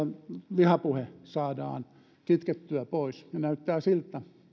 vihapuhe saadaan kitkettyä pois näyttää siltä